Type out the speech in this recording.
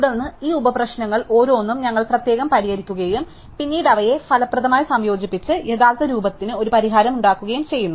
തുടർന്ന് ഈ ഉപപ്രശ്നങ്ങൾ ഓരോന്നും ഞങ്ങൾ പ്രത്യേകം പരിഹരിക്കുകയും പിന്നീട് അവയെ ഫലപ്രദമായി സംയോജിപ്പിച്ച് യഥാർത്ഥ രൂപത്തിന് ഒരു പരിഹാരം ഉണ്ടാക്കുകയും ചെയ്യുന്നു